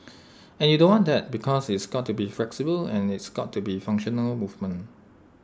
and you don't want that because it's got to be flexible and it's got to be functional movement